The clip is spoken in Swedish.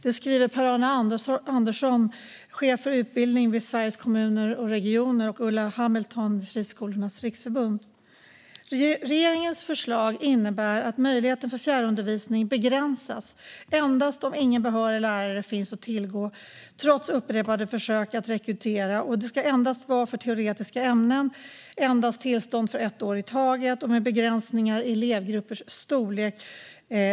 Det skriver Per-Arne Andersson, chef för utbildning vid Sveriges Kommuner och Regioner och Ulla Hamilton, Friskolornas riksförbund. Regeringens förslag innebär att möjligheterna för fjärrundervisning begränsas. Det ska ske endast om ingen behörig lärare finns att tillgå trots upprepade försök att rekrytera. Det ska endast ske i teoretiska ämnen, och tillstånd ska ges för endast ett år i taget och med begränsningar i elevgruppers storlek.